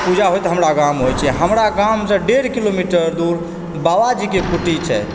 पूजा होइत हमरा गाँवमे होइ छै हमरा गॉंवसँ डेढ़ किलोमीटर दूर बाबाजीके कुटी छै